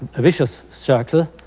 vicious circle.